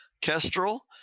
Kestrel